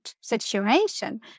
situation